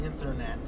internet